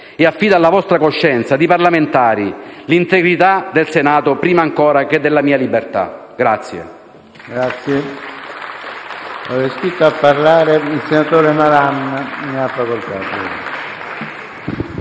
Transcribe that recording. e affido alla vostra coscienza di parlamentari l'integrità del Senato, prima ancora che la mia libertà.